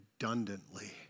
redundantly